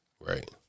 Right